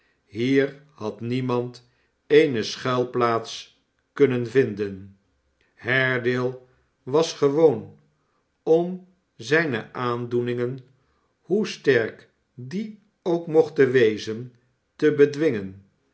hier had niemand eene schuilplaats kunnen vinden haredale was gewoon om zijne aandoeningen hoe sterk die ook mochten wezen te bedwingen